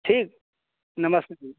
ठीक नमस्ते